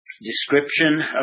description